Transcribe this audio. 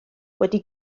wedi